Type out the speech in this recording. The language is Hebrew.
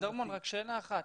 הרב גרמון, רק שאלה אחת.